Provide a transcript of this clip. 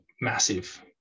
massive